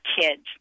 kids